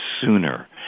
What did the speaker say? sooner